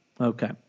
Okay